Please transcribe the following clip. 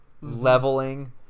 leveling